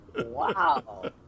Wow